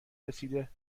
رسیده